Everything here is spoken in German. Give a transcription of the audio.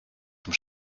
vom